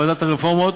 ועדת הרפורמות,